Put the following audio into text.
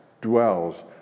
dwells